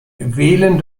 wählen